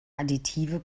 additive